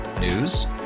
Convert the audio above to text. News